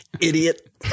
Idiot